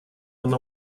она